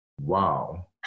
Wow